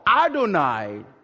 Adonai